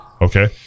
Okay